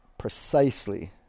Precisely